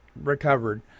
recovered